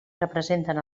representen